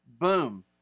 boom